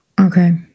okay